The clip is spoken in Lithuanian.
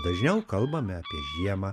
dažniau kalbame apie žiemą